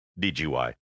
DGY